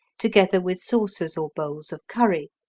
together with, saucers or bowls of curry,